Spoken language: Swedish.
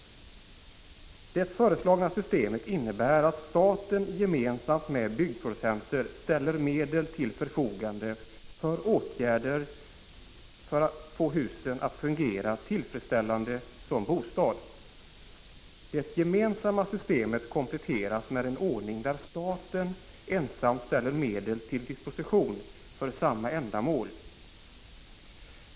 Det föreslagna systemet innebär att staten gemensamt med byggproducenter ställer medel till förfogande för åtgärder som skall göra att husen fungerar tillfredsställande som bostad. Det gemensamma systemet kompletteras med en ordning där staten ensam ställer medel till disposition för samma ändamål.